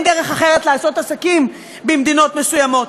דרך אחרת לעשות עסקים במדינות מסוימות".